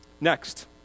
Next